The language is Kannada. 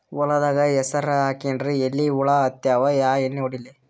ಹೊಲದಾಗ ಹೆಸರ ಹಾಕಿನ್ರಿ, ಎಲಿ ಹುಳ ಹತ್ಯಾವ, ಯಾ ಎಣ್ಣೀ ಹೊಡಿಲಿ?